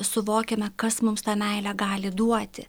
suvokiame kas mums tą meilę gali duoti